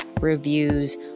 reviews